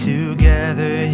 Together